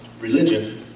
Religion